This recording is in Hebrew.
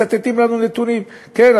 מצטטים לנו נתונים: כן,